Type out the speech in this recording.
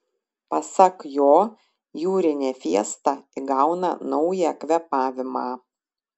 pasak jo jūrinė fiesta įgauna naują kvėpavimą